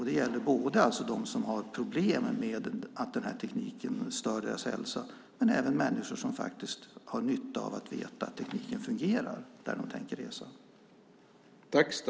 Det gäller alltså både dem som har problem med att tekniken stör deras hälsa och människor som har nytta av att veta att tekniken fungerar där de tänker resa.